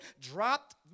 dropped